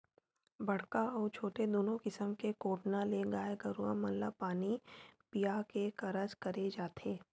बड़का अउ छोटे दूनो किसम के कोटना ले गाय गरुवा मन ल पानी पीया के कारज करे जाथे